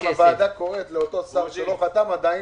גם הוועדה קוראת לאותו שר שלא חתם עדין